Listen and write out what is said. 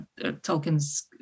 Tolkien's